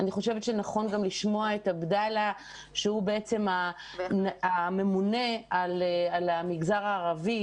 אני חושבת שנכון לשמוע את עבדאללה שהוא הממונה על המגזר הערבי,